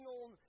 on